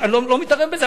אני לא מתערב בזה,